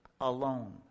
alone